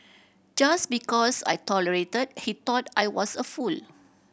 just because I tolerated he thought I was a fool